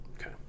okay